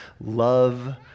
love